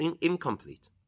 incomplete